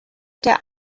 der